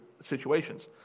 situations